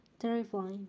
terrifying